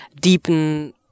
deepen